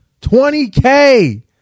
20K